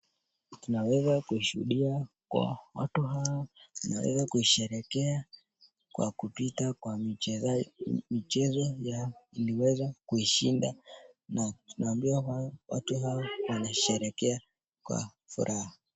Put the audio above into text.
Tunaweza kushuhudia kwa watu hawa wanaweza kusherekea kwa kupita kwa michezo ya iliweza kushinda na tunaambiwa kuwa watu hawa wanasherekea kwa furaha.